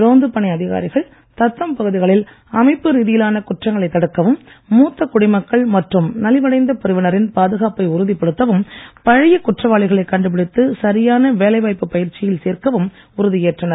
ரோந்து பணி அதிகாரிகள் தத்தம் பகுதிகளில் அமைப்பு ரீதியிலான குற்றங்களை தடுக்கவும் மூத்த குடிமக்கள் மற்றும் நலிவடைந்த பிரிவினரின் பாதுகாப்பை உறுதிப்படுத்தவும் பழைய குற்றவாளிகளை கண்டுபிடித்து சரியான வேலை வாய்ப்பு பயிற்சியில் சேர்க்கவும் உறுதியேற்றனர்